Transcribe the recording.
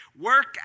Work